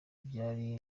byari